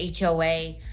HOA